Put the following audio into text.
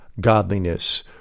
godliness